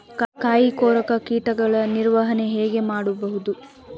ಕಾಯಿ ಕೊರಕ ಕೀಟಗಳ ನಿರ್ವಹಣೆ ಹೇಗೆ ಮಾಡಬಹುದು?